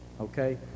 okay